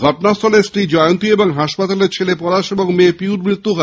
ঘটনাস্থলেই স্ত্রী জয়ন্তী এবং হাসপাতালে ছেলে পলাশ ও মেয়ে পিউর মৃত্যু হয়